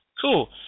cool